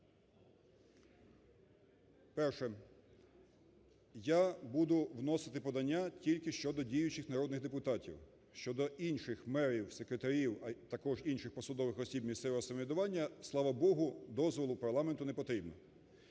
Перше, я буду вносити подання тільки щодо діючих народних депутатів щодо інших мерів, секретарів, а також інших посадових осіб місцевого самоврядування, слава Богу, дозволу парламенту не потрібно.